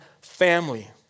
family